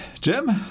Jim